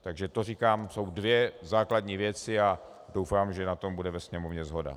Takže to říkám jsou základní věci a doufám, že na tom bude ve Sněmovně shoda.